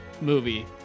movie